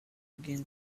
again